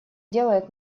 делает